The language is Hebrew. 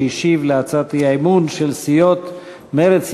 שהשיב על הצעת האי-אמון של סיעות מרצ,